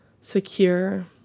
secure